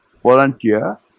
volunteer